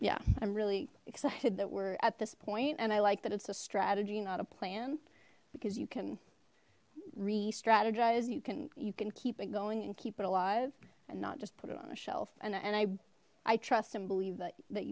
yeah i'm really excited that we're at this point and i like that it's a strategy not a plan because you can re strategize you can you can keep it going and keep it alive and not just put it on a shelf and i i trust and believe that that